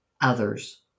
others